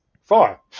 four